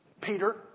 Peter